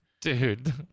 Dude